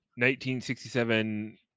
1967